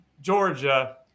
Georgia